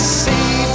see